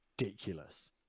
ridiculous